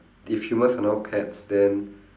if humans are now pets then